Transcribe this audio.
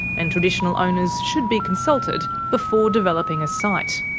and traditional owners should be consulted before developing a site.